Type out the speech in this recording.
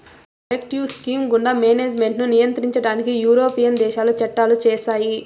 collective scheme గుండా management ను నియంత్రించడానికి యూరోపియన్ దేశాలు చట్టాలు చేశాయి